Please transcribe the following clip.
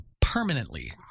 permanently